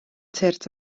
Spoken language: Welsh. tyrd